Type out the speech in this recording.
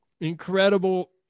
incredible